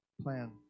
plan